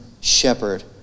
shepherd